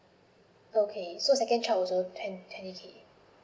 okay so second child also twen~ twenty K